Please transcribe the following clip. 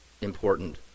important